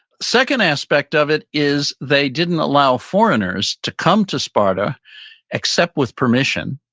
second aspect of it is they didn't allow foreigners to come to sparta except with permission,